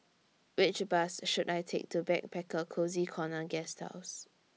Which Bus should I Take to Backpacker Cozy Corner Guesthouse